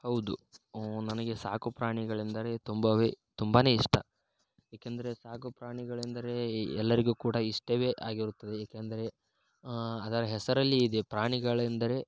ಹೌದು ನನಗೆ ಸಾಕು ಪ್ರಾಣಿಗಳೆಂದರೆ ತುಂಬವೆ ತುಂಬ ಇಷ್ಟ ಏಕೆಂದರೆ ಸಾಕು ಪ್ರಾಣಿಗಳೆಂದರೆ ಎಲ್ಲರಿಗೂ ಕೂಡ ಇಷ್ಟವೇ ಆಗಿರುತ್ತದೆ ಏಕೆಂದರೆ ಅದರ ಹೆಸರಲ್ಲಿ ಇದೆ ಪ್ರಾಣಿಗಳೆಂದರೆ